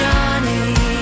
Johnny